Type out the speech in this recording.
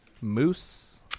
Moose